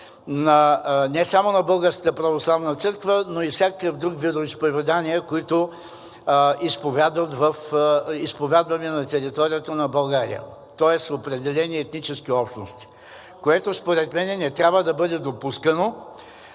не само на Българската православна църква, но и на всякакъв друг вид изповедания, които изповядваме на територията на България, тоест определени етнически общности, което според мен не трябва да бъде допускано.